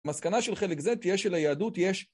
מסקנה של חלק זה תהיה שליהדות, יש.